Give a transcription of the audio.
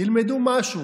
תלמדו משהו.